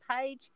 page